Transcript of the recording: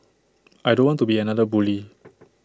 I don't want to be another bully